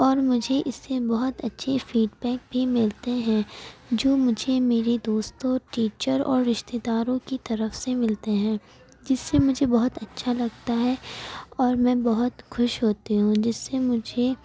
اور مجھے اس سے بہت اچھی فیڈ بیک بھی ملتے ہے جو مجھے میری دوستوں اور ٹیچر اور رشتہ داروں کی طرف سے ملتے ہیں جس سے مجھے بہت اچھا لگتا ہے اور میں بہت خوش ہوتی ہوں جس سے مجھے